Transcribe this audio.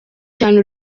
cyane